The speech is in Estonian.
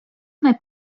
need